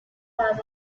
has